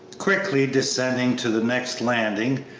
quickly descending to the next landing,